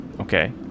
Okay